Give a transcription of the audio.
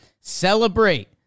celebrate